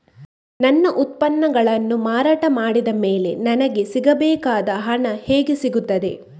ನನ್ನ ಉತ್ಪನ್ನಗಳನ್ನು ಮಾರಾಟ ಮಾಡಿದ ಮೇಲೆ ನನಗೆ ಸಿಗಬೇಕಾದ ಹಣ ಹೇಗೆ ಸಿಗುತ್ತದೆ?